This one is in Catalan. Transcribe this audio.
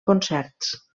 concerts